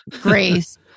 grace